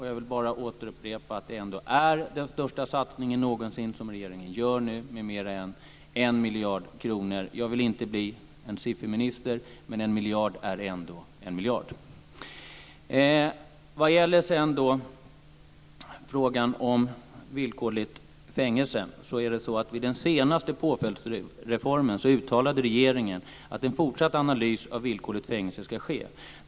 Jag vill bara återupprepa att det ändå är den största satsningen någonsin som regeringen nu gör, med mer än 1 miljard kronor. Jag vill inte bli en sifferminister, men 1 miljard är ändå 1 Vad sedan gäller frågan om villkorligt fängelse kan jag säga att regeringen vid den senaste påföljdsreformen uttalade att en fortsatt analys av villkorligt fängelse ska ske.